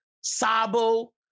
Sabo